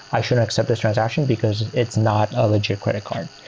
i shouldn't this transaction because it's not a legit credit card.